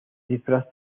cifras